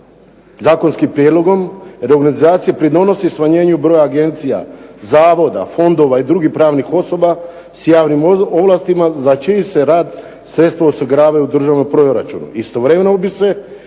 zakonskim prijedlogom reorganizacije pridonosi smanjenju broja agencija, zavoda, fondova i drugih pravih osoba s javnim ovlastima za čiji se rad sredstva osiguravaju u državnom proračunu. Istovremeno bi se